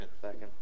Second